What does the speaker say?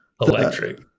Electric